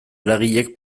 eragilek